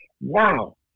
wow